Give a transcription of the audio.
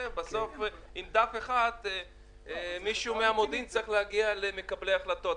בסוף עם דף אחד מישהו מהמודיעין צריך להגיע למקבלי ההחלטות.